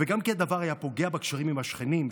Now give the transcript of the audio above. וגם כי הדבר היה פוגע בקשרים עם השכנים,